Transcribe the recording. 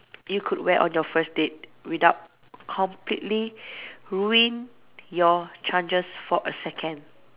you could wear on your first date without completely ruining your chances for a second